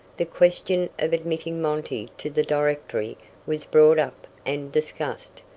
the question of admitting monty to the directory was brought up and discussed,